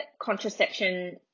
contraception